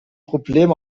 problem